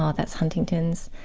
that's huntington's.